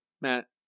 Matt